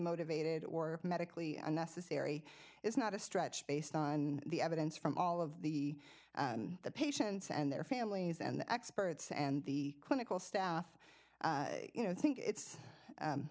motivated or medically unnecessary is not a stretch based on the evidence from all of the the patients and their families and the experts and the clinical staff you know think it's